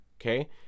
okay